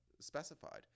specified